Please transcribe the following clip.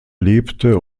lebte